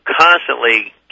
constantly